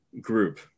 group